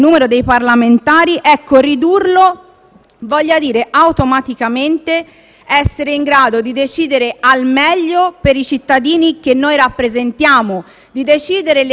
essere in grado di decidere al meglio per i cittadini che noi rappresentiamo, di decidere le cose migliori per il Paese che ci ha mandato qui a rappresentarlo?